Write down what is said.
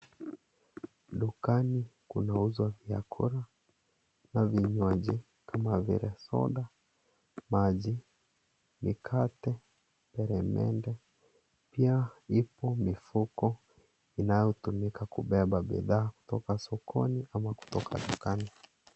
Dukani kunauzwa vyakula na vinywaji kama vile soda, maji, mikate, peremende, pia ipo mifuko inayotumika kubeba bidhaa kutoka sokoni ama kutoka dukani.